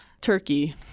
turkey